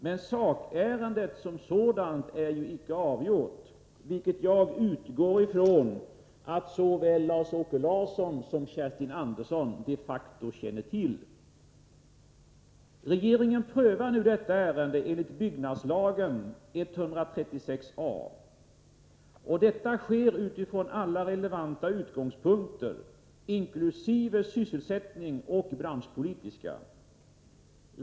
Men sakärendet som sådant är icke avgjort, vilket jag utgår ifrån att såväl Lars-Åke Larsson som Kerstin Andersson de facto känner till. Nr 105 Regeringen prövar nu detta ärende enligt 136a§ byggnadslagen. Detta Torsdagen den sker utifrån alla relevanta utgångspunkter, inkl. sysselsättningsoch bransch 22 mars 1984 politiska synpunkter.